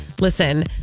listen